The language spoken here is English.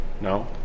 No